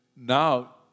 Now